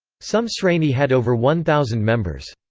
some sreni had over one thousand members.